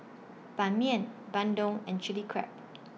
Ban Mian Bandung and Chilli Crab